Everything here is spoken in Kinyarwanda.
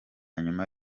nyuma